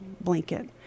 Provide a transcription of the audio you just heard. blanket